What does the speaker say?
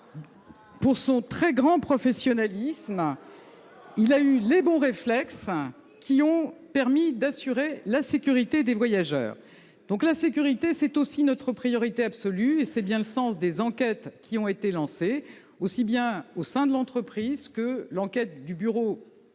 pour son très grand professionnalisme. Il a eu les bons réflexes pour assurer la sécurité des voyageurs. La sécurité est aussi notre priorité absolue, et c'est le sens des enquêtes qui ont été lancées, aussi bien au sein de l'entreprise que par mon ministère, le